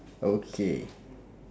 okay